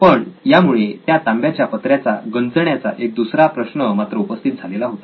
पण यामुळे त्या तांब्याच्या पत्र्याच्या गंजण्याचा एक दुसरा प्रश्न मात्र उपस्थित झालेला होता